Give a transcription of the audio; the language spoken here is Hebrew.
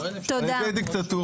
על ידי דיקטטורה,